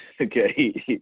okay